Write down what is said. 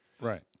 Right